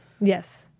Yes